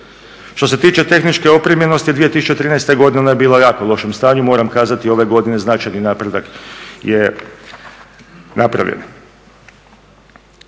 Što se tiče tehničke opremljenosti 2013. godina je bila u jako lošem stanju. Moram kazati ove godine značajni napredak je napravljen.